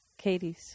katie's